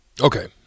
okay